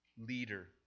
leader